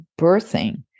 birthing